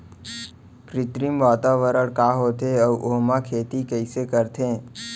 कृत्रिम वातावरण का होथे, अऊ ओमा खेती कइसे करथे?